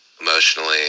emotionally